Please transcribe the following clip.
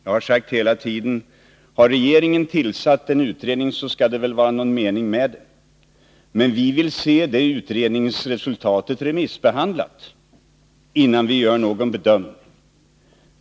Jag har hela tiden sagt: Har regeringen tillsatt en utredning, så skall det väl vara någon mening med den. Men vi vill se utredningsresultatet remissbehandlat innan vi gör någon bedömning.